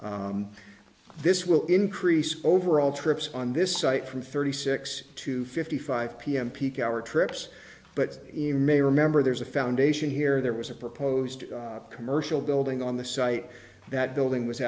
this will increase over all trips on this site from thirty six to fifty five pm peak hour trips but in may remember there's a foundation here there was a proposed commercial building on the site that building was